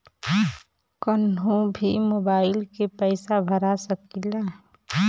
कन्हू भी मोबाइल के पैसा भरा सकीला?